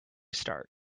start